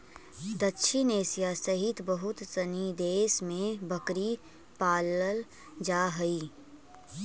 दक्षिण एशिया सहित बहुत सनी देश में बकरी पालल जा हइ